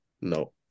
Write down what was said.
No